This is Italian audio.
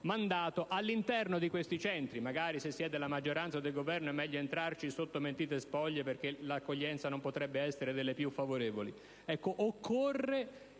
mandato all'interno di questi Centri (magari se si è della maggioranza o del Governo è meglio entrarci sotto mentite spoglie perché l'accoglienza potrebbe non essere delle più favorevoli).